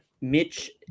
mitch